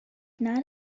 not